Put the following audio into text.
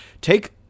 take